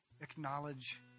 acknowledge